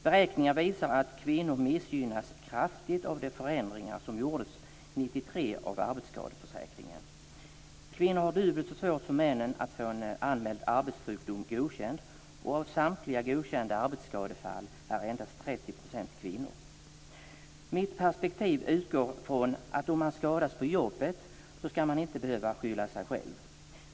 Beräkningar visar att kvinnor missgynnas kraftigt av de förändringar som gjordes av arbetsskadeförsäkringen 1993. Kvinnor har dubbelt så svårt som män att få en anmäld arbetssjukdom godkänd. Av samtliga godkända arbetsskadefall gäller endast 30 % Mitt perspektiv utgår ifrån att om man skadas på jobbet ska man inte behöva skylla sig själv.